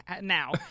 now